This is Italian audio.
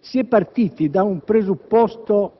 si è partiti da un presupposto